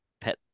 pet